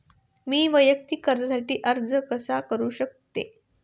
मी वैयक्तिक कर्जासाठी अर्ज कसा करु शकते?